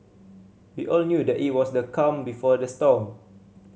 we all knew that it was the calm before the storm